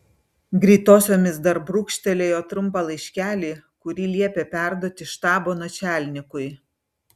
greitosiomis dar brūkštelėjo trumpą laiškelį kurį liepė perduoti štabo načialnikui